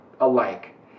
alike